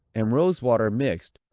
and rose-water mixed,